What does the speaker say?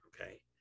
okay